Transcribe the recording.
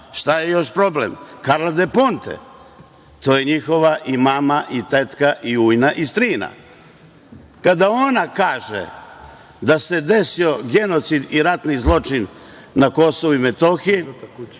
je još problem? Karla del Ponte. To je njihova i mama i tetka i ujna i strina. Kada ona kaže da se desio genocid i ratni zločin na KiM i